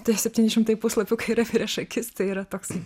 tie septyni šimtai puslapių kai yra prieš akis tai yra toks